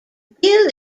gill